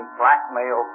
blackmail